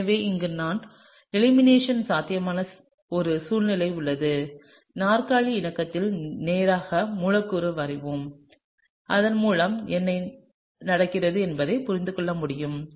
எனவே இங்கே நாம் எலிமினேஷன் சாத்தியமான ஒரு சூழ்நிலைகள் உள்ளது நாற்காலி இணக்கத்தில் நேராக மூலக்கூறு வரைவோம் இதன் மூலம் என்ன நடக்கிறது என்பதைப் புரிந்துகொள்ள முடியும்